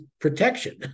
protection